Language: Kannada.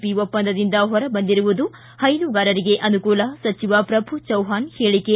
ಪಿ ಒಪ್ಪಂದದಿಂದ ಹೊರಬಂದಿರುವುದು ಹೈನುಗಾರರಿಗೆ ಅನುಕೂಲ ಸಚಿವ ಪ್ರಭು ಚವ್ವಾಣ್ ಹೇಳಿಕೆ